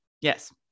Yes